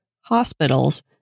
hospitals